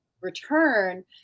return